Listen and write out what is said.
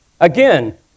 Again